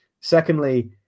Secondly